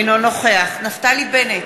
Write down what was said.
אינו נוכח נפתלי בנט,